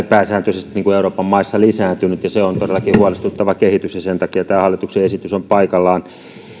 pääsääntöisesti euroopan maissa lisääntynyt ja se on todellakin huolestuttava kehitys ja sen takia tämä hallituksen esitys on paikallaan